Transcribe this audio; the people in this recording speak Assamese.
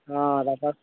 অঁ তাৰপাছত